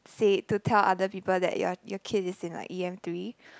say it to tell other people that your your kid is in like e_m three